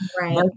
right